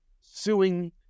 suing